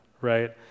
right